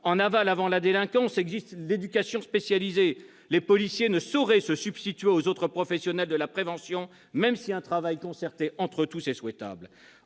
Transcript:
En aval, avant la délinquance, existe l'éducation spécialisée. Les policiers ne sauraient se substituer aux autres professionnels de la prévention, même si un travail concerté entre tous est souhaitable.